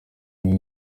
abbas